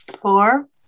Four